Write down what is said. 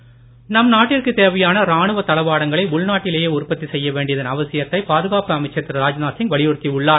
ராஜ்நாத் சிங் நம் நாட்டிற்கு தேவையான ராணுவ தளவாடங்களை உள்நாட்டிலேயே உற்பத்தி செய்ய வேண்டியதன் அவசியத்தை பாதுகாப்பு அமைச்சர் திரு ராஜ்நாத் சிங் வலியுறுத்தி உள்ளார்